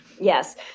Yes